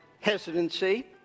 hesitancy